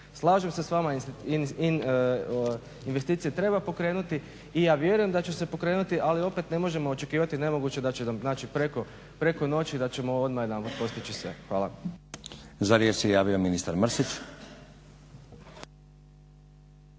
Slažem se s vama investicije treba pokrenuti i ja vjerujem da će se pokrenuti, ali opet ne možemo očekivati nemoguće da će nam znači preko noći da ćemo odmah postići sve. Hvala. **Stazić, Nenad (SDP)** Za riječ se javio ministar Mrsić.